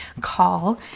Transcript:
call